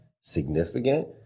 significant